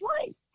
right